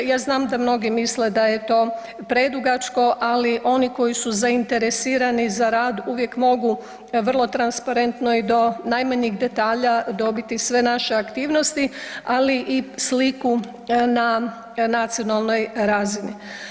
Ja znam da mnogi misle da je to predugačko, ali oni koji su zainteresirani za rad uvijek mogu vrlo transparentno i do najmanjih detalja dobiti sve naše aktivnosti, ali i sliku na nacionalnoj razini.